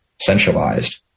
centralized